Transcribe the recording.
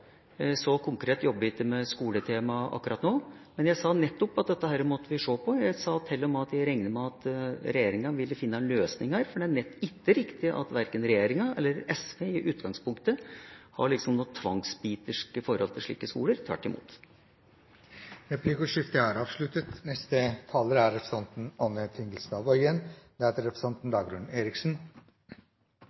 Så konkret jobber jeg ikke med skoletemaer akkurat nå, men jeg sa nettopp at dette måtte vi se på. Jeg sa til og med at jeg regner med at regjeringa vil finne løsninger, for det er ikke riktig at verken regjeringa eller SV i utgangspunktet har noe angstbiterske forhold til slike skoler – tvert imot. Replikkordskiftet er